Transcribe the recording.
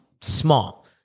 small